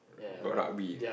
got rugby